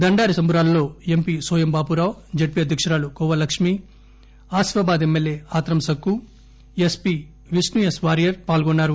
దండారి సంబురాలలో MP Soyam Bapurao ZP అధ్యకురాలు Kova Lakshmi Asifabad MLA Atram Sakku SP Vishnu S Warrier పాల్గొన్నారు